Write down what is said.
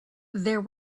there